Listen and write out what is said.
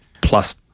plus